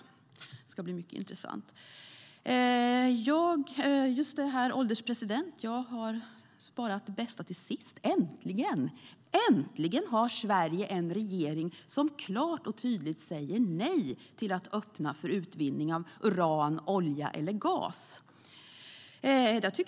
Det ska bli mycket intressant. Herr ålderspresident! Jag har sparat det bästa till sist. Äntligen! Äntligen har Sverige en regering som klart och tydligt säger nej till att öppna för utvinning av uran, olja eller gas.